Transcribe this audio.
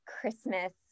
Christmas